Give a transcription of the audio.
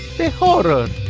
the horror